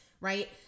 Right